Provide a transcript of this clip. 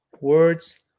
Words